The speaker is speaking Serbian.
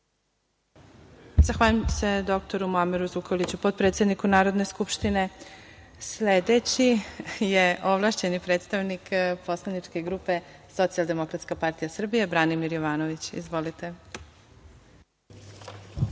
Zahvaljujem se dr Muameru Zukorliću, potpredsedniku Narodne skupštine. Sledeći je ovlašćeni predstavnik poslaničke grupe Socijaldemokratska partija Srbije, Branimir Jovanović. Izvolite.